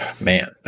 man